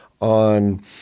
on